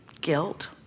guilt